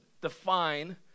define